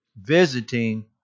visiting